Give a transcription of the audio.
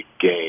game